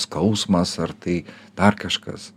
skausmas ar tai dar kažkas